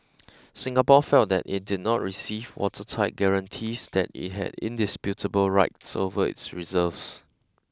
Singapore felt that it did not receive watertight guarantees that it had indisputable rights over its reserves